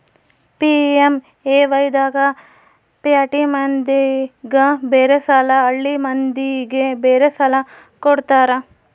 PMAY ದಾಗ ಪ್ಯಾಟಿ ಮಂದಿಗ ಬೇರೆ ಸಾಲ ಹಳ್ಳಿ ಮಂದಿಗೆ ಬೇರೆ ಸಾಲ ಕೊಡ್ತಾರ